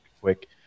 quick